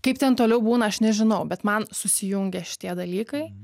kaip ten toliau būna aš nežinau bet man susijungia šitie dalykai